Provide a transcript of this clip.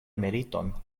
meriton